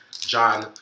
John